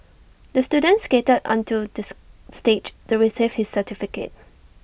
the student skated onto this stage to receive his certificate